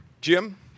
Jim